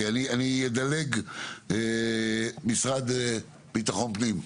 אדלג למשרד לביטחון הפנים.